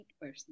person